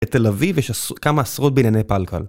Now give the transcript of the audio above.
בתל אביב יש כמה עשרות בנייני פלקל.